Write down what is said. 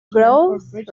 growth